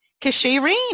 Kashirin